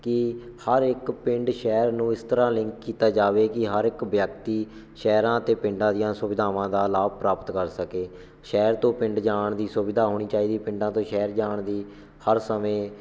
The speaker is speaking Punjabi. ਕਿ ਹਰ ਇੱਕ ਪਿੰਡ ਸ਼ਹਿਰ ਨੂੰ ਇਸ ਤਰ੍ਹਾਂ ਲਿੰਕ ਕੀਤਾ ਜਾਵੇ ਕਿ ਹਰ ਇੱਕ ਵਿਅਕਤੀ ਸ਼ਹਿਰਾਂ ਅਤੇ ਪਿੰਡਾਂ ਦੀਆਂ ਸੁਵਿਧਾਵਾਂ ਦਾ ਲਾਭ ਪ੍ਰਾਪਤ ਕਰ ਸਕੇ ਸ਼ਹਿਰ ਤੋਂ ਪਿੰਡ ਜਾਣ ਦੀ ਸੁਵਿਧਾ ਹੋਣੀ ਚਾਹੀਦੀ ਪਿੰਡਾਂ ਤੋਂ ਸ਼ਹਿਰ ਜਾਣ ਦੀ ਹਰ ਸਮੇਂ